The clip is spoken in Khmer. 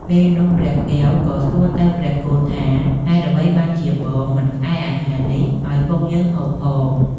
ពេលនោះព្រះកែវក៏សួរទៅព្រះគោថា ហេតុអ្វីបានជាបងមិនក្អែអាហារនេះឲ្យពុកយើងហូបផង?